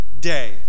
day